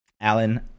alan